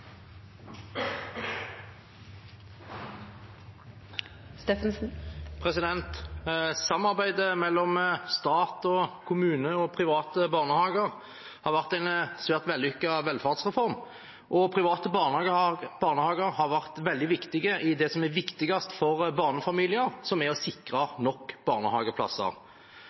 Samarbeidet mellom stat og kommune og private barnehager har vært en svært vellykket velferdsreform, og private barnehager har vært veldig viktig for det som er viktigst for barnefamilier: å sikre nok barnehageplasser.